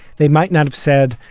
they might not have said.